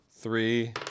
three